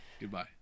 Goodbye